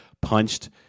punched